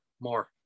more